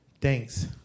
Thanks